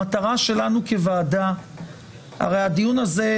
המטרה שלנו כוועדה הרי הדיון הזה,